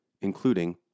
including